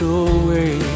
away